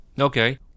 Okay